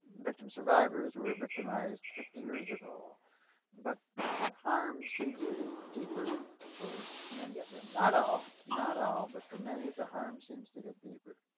victims survivors were victimized fifty years ago but harm seems to get deeper for many of them, not all not all but for many the harm seems to get deeper.